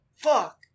Fuck